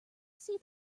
see